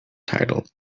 title